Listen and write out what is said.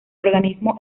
organismo